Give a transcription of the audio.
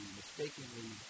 mistakenly